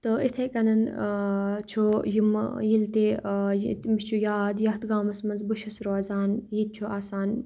تہٕ اِتھَے کٔنَن چھُ یِمہٕ ییٚلہِ تہِ مےٚ چھُ یاد یَتھ گامَس منٛز بہٕ چھُس روزان ییٚتہِ چھُ آسان